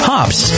Hops